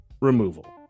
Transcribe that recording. removal